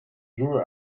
grew